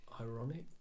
ironic